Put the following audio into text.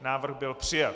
Návrh byl přijat.